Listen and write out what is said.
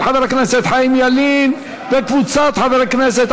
של חבר הכנסת חיים ילין וקבוצת חברי הכנסת,